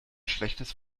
schlechtes